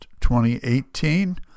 2018